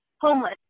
homeless